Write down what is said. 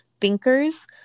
thinkers